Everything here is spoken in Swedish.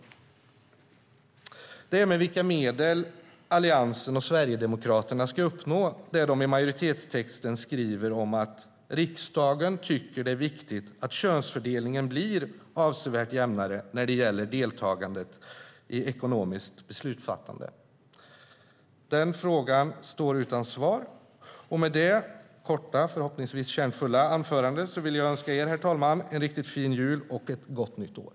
Det är med vilka medel Alliansen och Sverigedemokraterna ska uppnå det de i majoritetstexten skriver om att riksdagen tycker att det är viktigt att könsfördelningen blir avsevärt jämnare när det gäller deltagandet i ekonomiskt beslutsfattande. Den frågan står utan svar. Med det korta och förhoppningsvis kärnfulla anförandet vill jag önska er, herr talman, en riktigt fin jul och ett gott nytt år!